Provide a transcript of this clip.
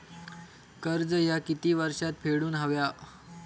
कर्ज ह्या किती वर्षात फेडून हव्या?